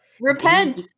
Repent